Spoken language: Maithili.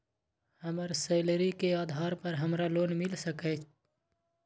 हमर सैलरी के आधार पर हमरा लोन मिल सके ये?